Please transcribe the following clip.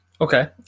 Okay